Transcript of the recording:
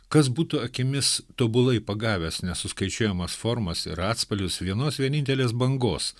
kas būtų akimis tobulai pagavęs nesuskaičiuojamas formas ir atspalvius vienos vienintelės bangos